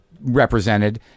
represented